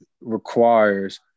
requires